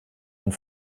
und